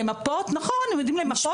הם יודעים למפות,